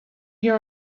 you